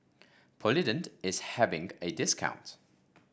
Polident is having a discount